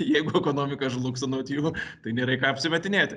jeigu ekonomika žlugs anot jų tai nėra į ką apsimetinėti